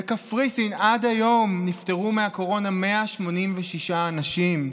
בקפריסין עד היום נפטרו מהקורונה 186 אנשים,